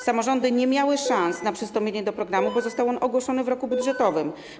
Samorządy nie miały szans na przystąpienie do programu, bo został on ogłoszony w roku budżetowym.